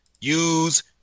use